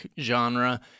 genre